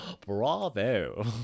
Bravo